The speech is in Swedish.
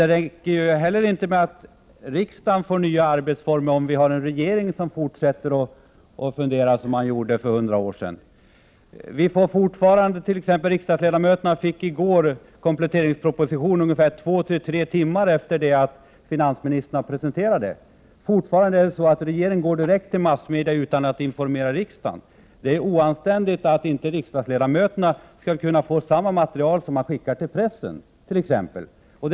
Det räcker emellertid inte med att riksdagen får nya arbetsformer om vi har en regering som fortsätter att arbeta som för hundra år sedan. Exempelvis fick riksdagsledamöterna i går kompletteringspropositionen två tre timmar efter det att finansministern hade presenterat den. Fortfarande går regeringen direkt till massmedia utan att först ha informerat riksdagen. Det är oanständigt att riksdagsledamöterna inte får samma 1 Prot. 1988/89:104 material som regeringen skickar till pressen.